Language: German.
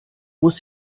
muss